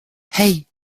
hey